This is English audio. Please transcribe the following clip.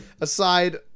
Aside